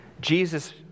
Jesus